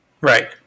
Right